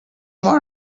more